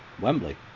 Wembley